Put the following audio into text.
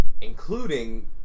including